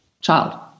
child